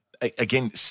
again